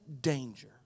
Danger